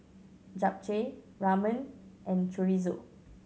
Japchae Ramen and Chorizo